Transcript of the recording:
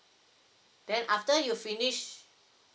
then after you finish